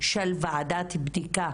של ועדת בדיקה